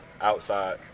outside